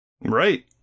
Right